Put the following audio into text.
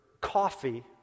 coffee